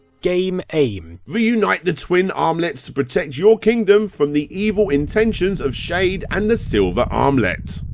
game aim reunite the twin armlets to protect your kingdom from the evil intentions of shade and the silver armlet.